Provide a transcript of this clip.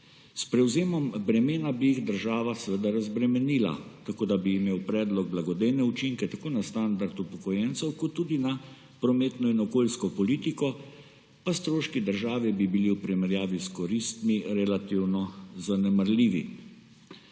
S prevzemom bremena bi jih država seveda razbremenila, tako da bi imel predlog blagodejne učinke tako na standard upokojencev kot tudi na prometno in okoljsko politiko, pa stroški države bi bili v primerjavi s koristmi relativno zanemarljivi.